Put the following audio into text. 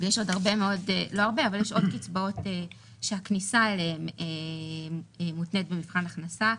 יש עוד קצבאות שהכניסה אליהן מותנית במבחן הכנסה,